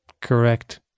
Correct